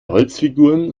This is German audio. holzfiguren